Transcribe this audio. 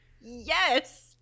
yes